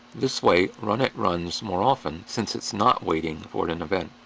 this way, runit runs more often since it's not waiting for an event.